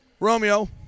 Romeo